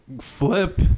flip